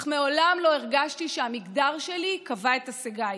אך מעולם לא הרגשתי שהמגדר שלי קבע את הישגיי.